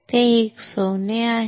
ते एक सोने आहे